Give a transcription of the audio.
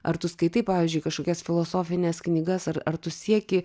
ar tu skaitai pavyzdžiui kažkokias filosofines knygas ar ar tu sieki